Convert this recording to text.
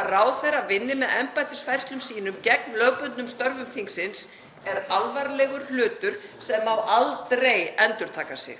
Að ráðherra vinni með embættisfærslum sínum gegn lögbundnum störfum þingsins er alvarlegur hlutur sem má aldrei endurtaka sig.